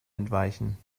entweichen